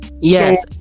yes